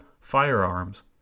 firearms